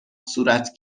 صورت